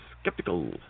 Skeptical